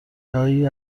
جایی